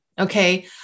Okay